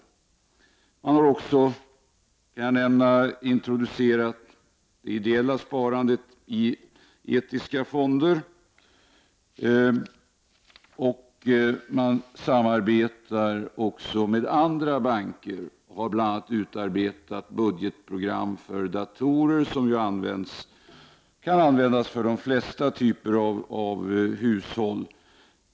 Spardelegationen har vidare, kan jag nämna, introducerat det ideella sparandet i etiska fonder. Man samarbetar också med banker och har bl.a. utarbetat budgetprogram för datorer som kan användas för de flesta typer av hushåll.